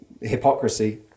hypocrisy